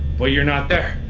well, you're not there.